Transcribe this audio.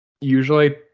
usually